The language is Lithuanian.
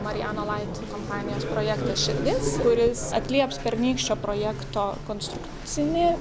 marijano lait kompanijos projektas širdis kuris atlieps pernykščio projekto konstrukcinį